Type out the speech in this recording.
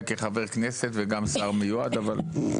חברי הכנסת מביעים את העמדה שלנו.